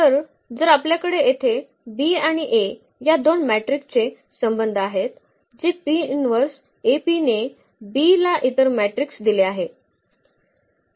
तर जर आपल्याकडे येथे B आणि A या दोन मॅट्रिकचे संबंध आहेत जे ने B ला इतर मॅट्रिक्स दिले आहेत